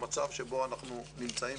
במצב בו אנחנו נמצאים,